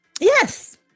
Yes